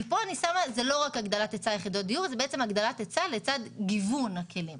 זה לא רק הגדלת ההיצע זה בעצם הגדלת היצע לצד גיוון הכלים.